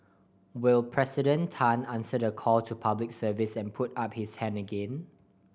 will President Tan answer the call to Public Service and put up his hand again